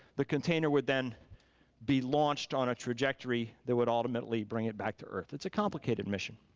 the container would then be launched on a trajectory that would ultimately bring it back to earth, it's a complicated mission.